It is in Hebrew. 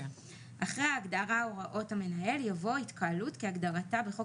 אחרי ההגדרה "הוראות המנהל" יבוא: ""התקהלות" כהגדרתה בחוק